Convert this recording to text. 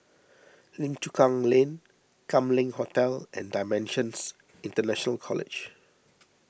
Lim Chu Kang Lane Kam Leng Hotel and Dimensions International College